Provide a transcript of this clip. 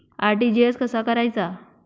RTGS कसा करायचा?